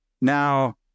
now